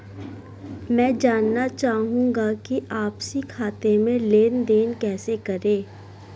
मैं जानना चाहूँगा कि आपसी खाते में लेनदेन कैसे करें?